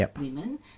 women